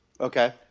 Okay